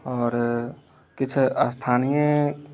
आओर किछु स्थानीय